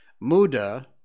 Muda